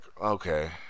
okay